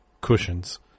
cushions